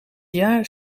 jaar